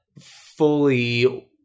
fully